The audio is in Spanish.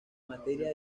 materia